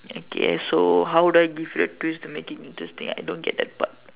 okay so how would I give you a twist to make it interesting I don't get that part